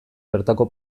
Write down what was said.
bertako